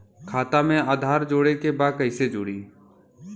खाता में आधार जोड़े के बा कैसे जुड़ी?